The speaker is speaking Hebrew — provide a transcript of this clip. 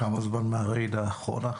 כמה זמן מהרעידה האחרונה?